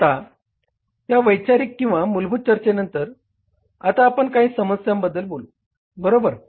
आता या वैचारिक किंवा मूलभूत चर्चे नंतर आता आपण काही समस्यांबद्दल बोलू बरोबर